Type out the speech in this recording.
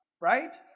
right